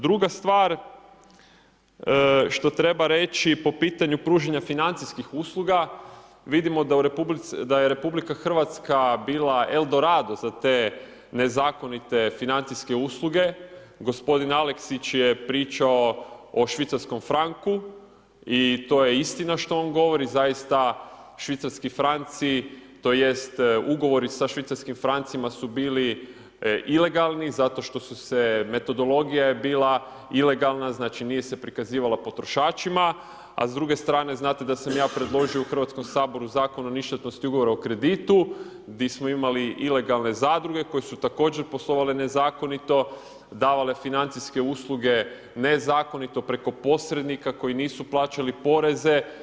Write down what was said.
Druga stvar što treba reći po pitanju pružanja financijskih usluga, vidimo da je RH bila eldorado za te nezakonite financijske usluge, gospodin Aleksić je pričao o Švicarskom franku i to je istina što on govori, zaista švicarski franci, tj. ugovori sa švicarskim francima su bili ilegalni zato što su se, metodologija je bila ilegalna, znači nije se prikazivala potrošačima, a s druge strane znate da sam ja predložio u Hrvatskom saboru zakon o ništatnosti ugovora o kreditu gdje smo imali ilegalne zadruge koje su također poslovale nezakonito, davale financijske usluge nezakonito preko posrednika koji nisu plaćali poreze.